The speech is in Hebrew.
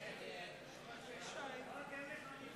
הצעת סיעות חד"ש